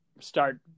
start